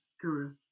guru